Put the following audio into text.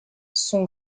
son